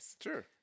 Sure